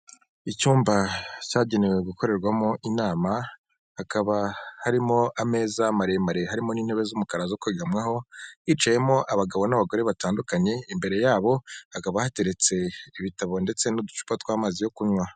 Icyumba cyagenewe gukorerwamo inama, hakaba harimo ameza maremare harimo n'intebe z'umukara zo kwigamwaho, hicayemo abagabo n'abagore batandukanye, imbere yabo hakaba hateretse ibitabo ndetse n'uducupa tw'amazi yo kunywa.